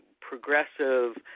progressive